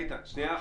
איתן, שנייה.